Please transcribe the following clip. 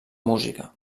música